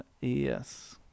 Yes